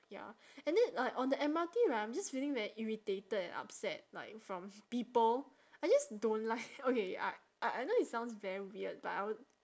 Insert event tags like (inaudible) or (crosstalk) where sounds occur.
ya and then like on the M_R_T right I'm just feeling very irritated and upset like from people I just don't like (laughs) okay I I know it sounds very weird but I would